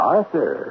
Arthur